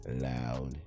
loud